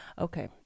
okay